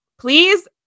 Please